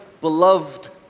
beloved